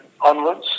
onwards